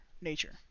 nature